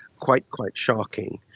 quite, quite shocking.